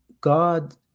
God